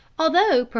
although,